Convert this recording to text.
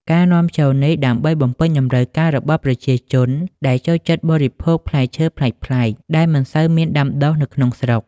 ការនាំចូលនេះដើម្បីបំពេញតម្រូវការរបស់ប្រជាជនដែលចូលចិត្តបរិភោគផ្លែឈើប្លែកៗ ដែលមិនសូវមានដាំដុះនៅក្នុងស្រុក។